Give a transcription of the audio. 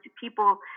people